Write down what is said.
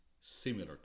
similar